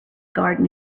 garden